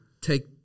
take